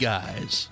Guys